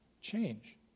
change